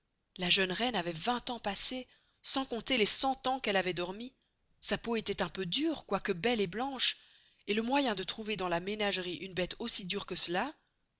la jeune reine avoit vingt ans passez sans compter les cent ans qu'elle avoit dormi sa peau estoit un peu dure quoyque belle et blanche et le moyen de trouver dans la ménagerie une beste aussi dure que cela